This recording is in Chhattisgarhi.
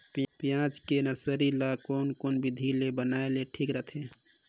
पियाज के नर्सरी ला कोन कोन विधि ले बनाय ले ठीक रथे?